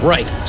Right